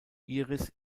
iris